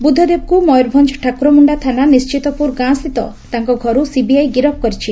ବୁଦ୍ଧଦେବକୁ ମୟରଭଞ ଠାକୁରମୁଞ୍ଚା ଥାନା ନିଛିତପୁର ଗାଁସ୍କିତ ତାଙ୍କ ଘରୁ ସିବିଆଇ ଗିରଫ କରିଛି